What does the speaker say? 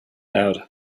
out